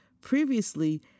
Previously